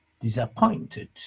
disappointed